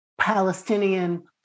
Palestinian